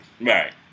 Right